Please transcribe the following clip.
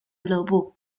俱乐部